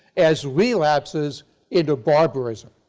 as relapses into barbarism.